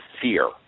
fear